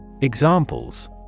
Examples